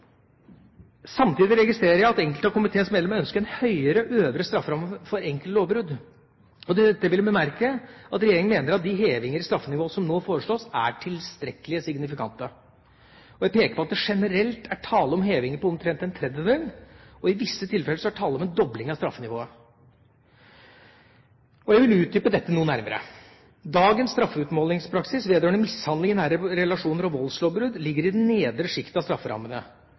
Samtidig registrerer jeg at enkelte av komiteens medlemmer ønsker en høyere øvre strafferamme for enkelte lovbrudd. Til dette vil jeg bemerke at regjeringa mener at de hevinger i straffenivåene som nå foreslås, er tilstrekkelig signifikante. Jeg peker på at det generelt er tale om hevinger på omtrent en tredjedel, og i visse tilfeller er det tale om en dobling av straffenivået. Jeg vil utdype dette noe nærmere: Dagens straffeutmålingspraksis vedrørende mishandling i nære relasjoner og voldslovbrudd ligger i det nedre sjiktet av strafferammene.